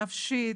נפשית,